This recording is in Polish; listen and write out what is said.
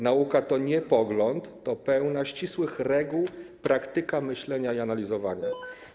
Nauka to nie pogląd, to pełna ścisłych reguł praktyka myślenia i analizowania.